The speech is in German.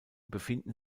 befinden